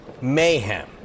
mayhem